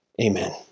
Amen